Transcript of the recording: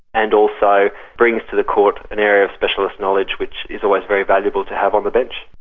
and also brings to the court an area of specialist knowledge which is always very valuable to have on the bench.